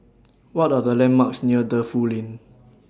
What Are The landmarks near Defu Lane